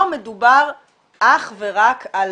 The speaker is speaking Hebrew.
פה מדובר אך ורק על